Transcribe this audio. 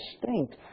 distinct